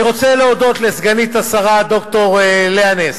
אני רוצה להודות לסגנית השר ד"ר לאה נס